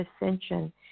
ascension